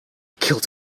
killed